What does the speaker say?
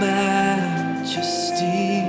majesty